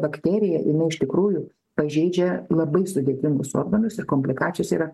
bakterija jinai iš tikrųjų pažeidžia labai sudėtingus organus ri komplikacijos yra